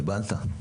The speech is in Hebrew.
קיבלת.